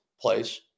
place